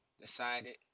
decided